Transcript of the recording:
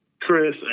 Chris